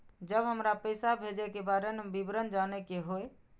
जब हमरा पैसा भेजय के बारे में विवरण जानय के होय?